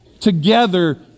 Together